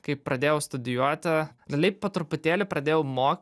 kai pradėjau studijuoti realiai po truputėlį pradėjau mo